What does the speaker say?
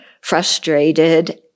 frustrated